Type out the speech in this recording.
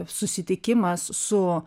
susitikimas su